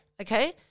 okay